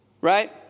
right